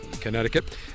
Connecticut